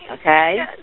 Okay